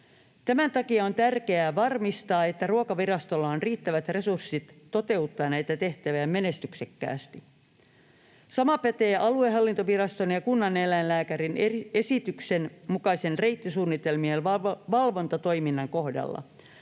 Tämän takia on tärkeää varmistaa, että Ruokavirastolla on riittävät resurssit toteuttaa näitä tehtäviä menestyksekkäästi. Sama pätee aluehallintoviraston ja kunnaneläinlääkärin esityksen mukaiseen reittisuunnitelmien valvontatoimintaan.